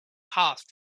passed